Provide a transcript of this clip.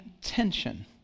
tension